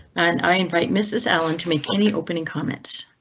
and i invite mrs allen to make any opening comments.